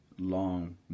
long